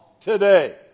today